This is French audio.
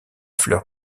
fleur